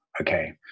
okay